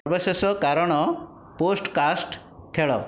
ସର୍ବଶେଷ କାରଣ ପୋଡ଼କାଷ୍ଟ ଖେଳ